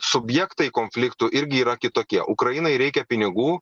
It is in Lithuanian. subjektai konfliktų irgi yra kitokie ukrainai reikia pinigų